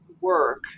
work